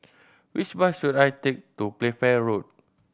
which bus should I take to Playfair Road